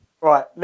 Right